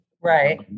Right